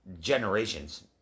generations